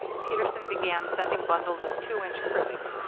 peterson began sending bundles of two-inch cribbing.